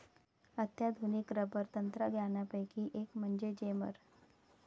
अत्याधुनिक रबर तंत्रज्ञानापैकी एक म्हणजे जेमर